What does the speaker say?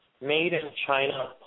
made-in-China